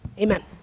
Amen